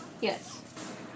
Yes